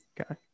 Okay